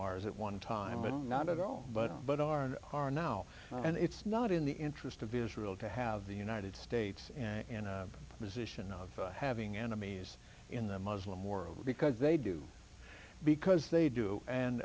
ours at one time and not at all but but are and are now and it's not in the interest of israel to have the united states and in a position of having enemies in the muslim world because they do because they do and